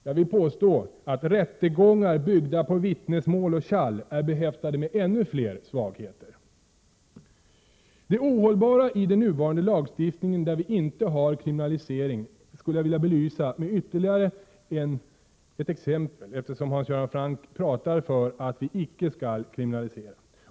Jag vill påstå att rättegångar byggda på vittnesmål och angiveri är behäftade med ännu fler svagheter i sådana här sammanhang. Eftersom Hans Göran Franck talar för att vi inte skall kriminalisera, skulle jag med ytterligare ett exempel vilja belysa det ohållbara i den nuvarande lagstiftningen, där vi inte har kriminalisering.